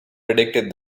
predicted